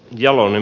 jalon